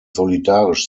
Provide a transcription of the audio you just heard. solidarisch